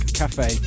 cafe